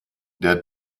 der